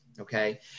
Okay